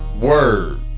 Word